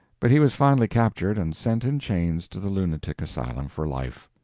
but he was finally captured and sent in chains to the lunatic asylum for life.